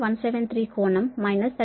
173 కోణం మైనస్ 36